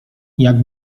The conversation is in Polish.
jak